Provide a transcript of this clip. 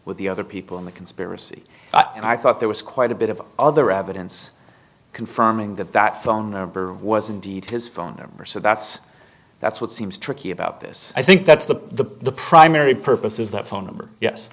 with the other people in the conspiracy and i thought there was quite a bit of other evidence confirming that that phone number was indeed his phone number so that's that's what seems tricky about this i think that's the the primary purpose is that phone number yes